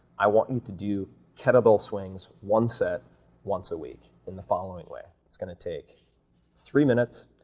i want you to do kettlebell swings, one set once a week in the following way. it's gonna take three minutes.